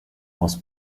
was